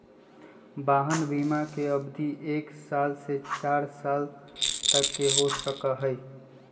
वाहन बिमा के अवधि एक साल से चार साल तक के हो सका हई